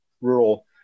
rural